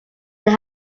they